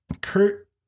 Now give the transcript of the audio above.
Kurt